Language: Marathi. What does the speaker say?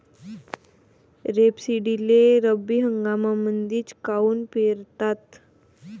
रेपसीडले रब्बी हंगामामंदीच काऊन पेरतात?